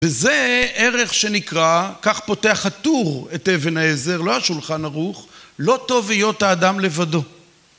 וזה ערך שנקרא, כך פותח הטור את אבן העזר, לא השולחן ערוך, לא טוב להיות האדם לבדו